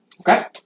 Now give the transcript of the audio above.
Okay